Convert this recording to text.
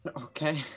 Okay